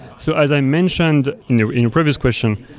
so as i mentioned in your in your previous question,